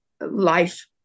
life